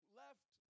left